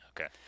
Okay